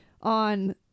on